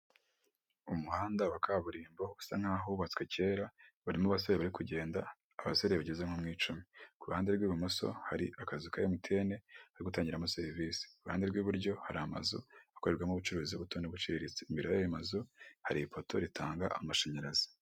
Umuhanda wa kaburimbo usa nkaho wubatswe kera barimo abasore bari kugenda, abasore bageze nko mu icumi. Ku ruhande rw'ibumoso hari akazu ka emutiyene ko gutangiramo serivise, iruhande rw'iburyo hari amazu akorerwamo ubucuruzi buto n'ubuciriritse, imbere y'ayo mazu hari ipoto ritanga amashanyarazi.